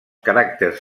caràcters